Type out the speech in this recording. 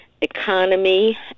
economy